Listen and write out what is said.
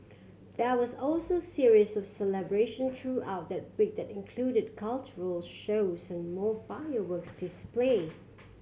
there was also series of celebration throughout the week that included cultural shows and more fireworks display